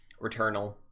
returnal